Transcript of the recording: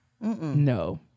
No